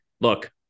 Look